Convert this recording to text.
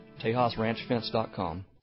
TejasRanchFence.com